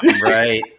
Right